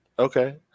Okay